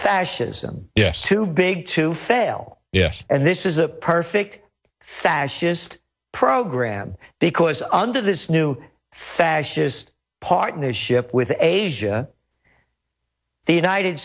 fascism yes too big to fail yes and this is a perfect fascist program because under this new fascist partnership with asia the